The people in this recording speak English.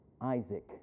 Isaac